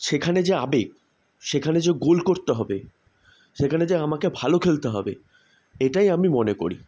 সেখানে যে আবেগ সেখানে যে গোল করতে হবে সেখানে যে আমাকে ভালো খেলতে হবে এটাই আমি মনে করি